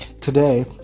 today